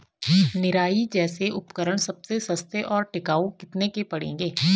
निराई जैसे उपकरण सबसे सस्ते और टिकाऊ कितने के पड़ेंगे?